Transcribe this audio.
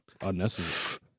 unnecessary